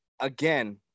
again